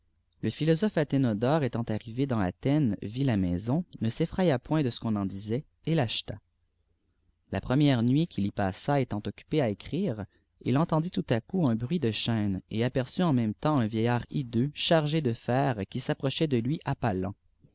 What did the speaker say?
le philosophe athénodore étant arrivé dans athènes vit la maison ne s'effraya point de ce qu'on en disait et tap chfta la première nuit qu'il y passa étant occupé à écrire il entendit tout à coup un bruit de chaînes et aperçut en même temp un vieillard hideux chargé de fers qui s'approchait de lui à pas